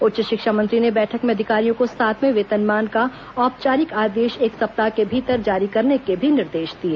उच्च शिक्षा मंत्री ने बैठक में अधिकारियों को सातवें वेतनमान का औपचारिक आदेश एक सप्ताह के भीतर जारी करने के भी निर्देश दिए